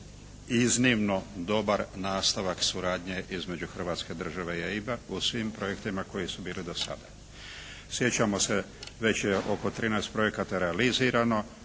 iznimno dobar nastavan suradnje između hrvatske države i EIB-a u svim projektima koji su bili do sada. Sjećamo se, već je oko 13 projekata realizirano